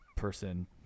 person